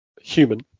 human